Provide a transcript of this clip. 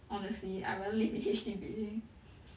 honestly I rather live in H_D_B